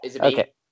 Okay